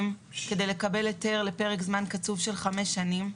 כדי לקבל היתר לפרק זמן קצוב של חמש שנים.